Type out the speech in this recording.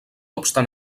obstant